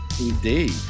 Indeed